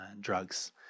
drugs